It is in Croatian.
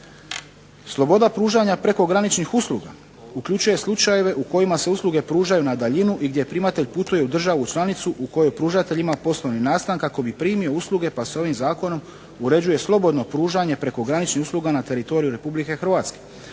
Sloboda pružanja prekograničnih usluga uključuje slučajeve u kojima se usluge pružaju na daljinu i gdje primatelj putuje u državu članicu u kojoj pružatelj ima poslovni nastan kako bi primio usluge, pa s ovim zakonom uređuje slobodno pružanje prekograničnih usluga na teritoriju Republike Hrvatske